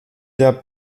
der